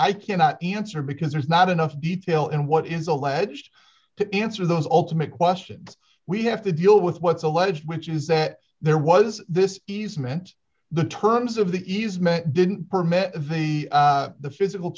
i cannot answer because there's not enough detail in what is alleged to answer those ultimate questions we have to deal with what's alleged which is that there was this easement the terms of the easement didn't permit v the physical